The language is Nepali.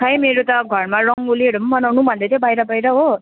खोइ मेरो त घरमा रङ्गोलीहरू बनाउनु भन्दै थियो बाहिर बाहिर हो